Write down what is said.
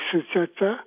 su teta